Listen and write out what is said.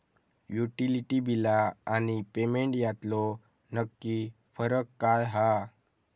Utility बिला आणि payment यातलो नक्की फरक काय हा?